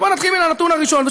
בואו נתחיל מן הנתון הראשון,